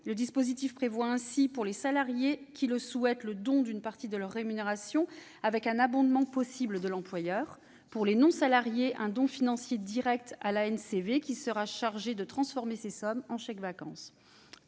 Le dispositif prévoit ainsi, pour les salariés qui le souhaitent, le don d'une partie de leur rémunération, avec un abondement possible de l'employeur, et pour les non-salariés un don financier direct à l'ANCV, qui sera chargée de transformer ces sommes en chèques-vacances.